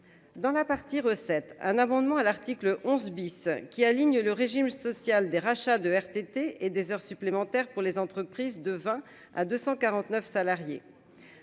dans la partie recettes un amendement à l'article 11 bis qui aligne le régime social des rachats de RTT et des heures supplémentaires pour les entreprises de 20 à 249 salariés